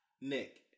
Nick